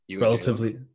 Relatively